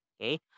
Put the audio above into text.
Okay